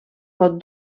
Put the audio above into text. pot